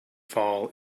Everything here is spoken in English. fall